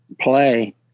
play